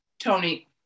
Tony